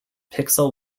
pixel